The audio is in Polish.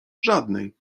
żadnej